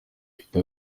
bifite